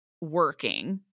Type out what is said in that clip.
working